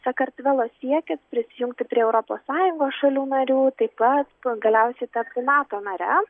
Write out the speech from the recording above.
sakartvelo siekis prisijungti prie europos sąjungos šalių narių taip pat galiausiai tapti nato nare